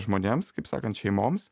žmonėms kaip sakant šeimoms